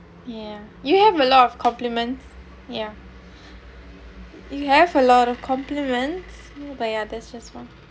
yeah you have a lot of compliments yeah you have a lot of compliments but ya that's just one